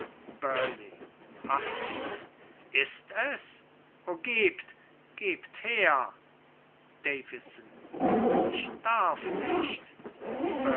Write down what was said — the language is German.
hastig ist es o gebt gebt her davison ich darf nicht